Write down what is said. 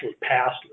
passed